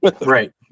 right